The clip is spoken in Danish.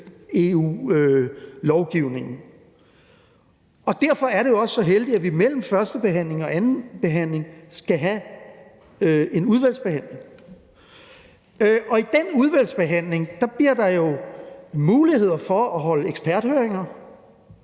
EU-lovgivningen, og derfor er det jo også så heldigt, at vi mellem førstebehandlingen og andenbehandlingen skal have en udvalgsbehandling. Og i den udvalgsbehandling bliver der jo muligheder for at holde eksperthøringer,